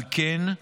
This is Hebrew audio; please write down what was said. על כן,